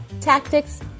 tactics